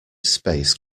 space